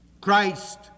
Christ